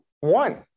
One